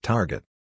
Target